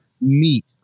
meat